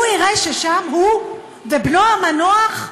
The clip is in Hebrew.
הוא יראה ששם הוא ובנו המנוח,